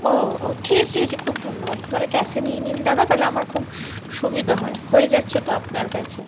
ও ও ঠিক আছে ঠিক আছে খুব ধন্যবাদ তাহলে ক্যাশে নিয়ে নিন দাদা তাহলে আমার খুব সুবিধা হয় হয়ে যাচ্ছে তো আপনার কাছে